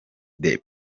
the